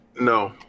no